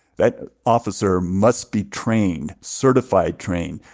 that officer must be trained, certified trained,